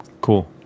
Cool